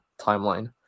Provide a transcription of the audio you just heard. timeline